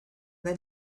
then